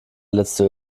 letzte